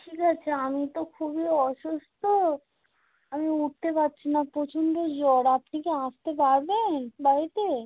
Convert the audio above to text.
ঠিক আছে আমি তো খুবই অসুস্থ আমি উঠতে পাচ্ছি না প্রচণ্ড জ্বর আপনি কি আসতে পারবেন বাড়িতে